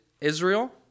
Israel